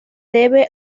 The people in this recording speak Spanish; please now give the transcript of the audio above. debe